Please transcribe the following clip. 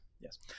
yes